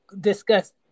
discuss